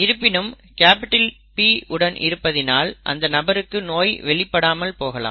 இருப்பினும் இது P உடன் இருப்பதினால் அந்த நபருக்கு நோய் வெளிப்படாமல் போகலாம்